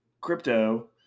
crypto